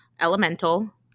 Elemental